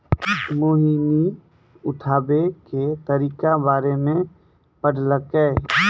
मोहिनी उठाबै के तरीका बारे मे पढ़लकै